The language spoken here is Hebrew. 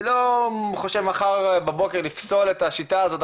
אני לא חושב מחר בבוקר לפסול את השיטה הזאת,